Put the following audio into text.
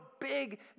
big